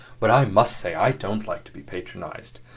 but i must say i don't like to be patronized.